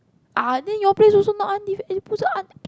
!ah! then your place also not un~ also un~